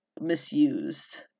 misused